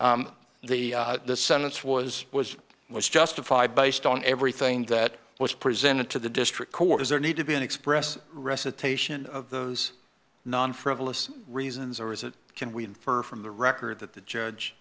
whether the sentence was was was justified based on everything that was presented to the district court is there need to be an express recitation of those non frivolous reasons or is it can we infer from the record that the judge